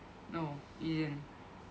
no didn't